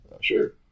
Sure